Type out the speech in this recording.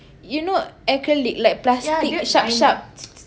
you know acrylic like plastic sharp sharp